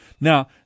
Now